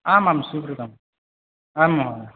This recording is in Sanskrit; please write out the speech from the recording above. आमाम् स्वीकृतम् आं महोदय